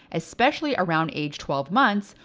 especially around age twelve months,